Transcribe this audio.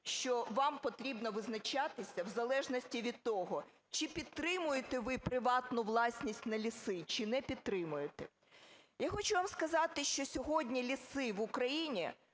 що вам потрібно визначатися в залежності від того, чи підтримуєте ви приватну власність на ліси, чи не підтримуєте. Я хочу вам сказати, що сьогодні ліси в Україні